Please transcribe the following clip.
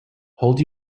hold